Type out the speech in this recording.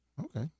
okay